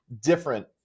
different